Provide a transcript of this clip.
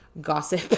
Gossip